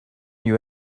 you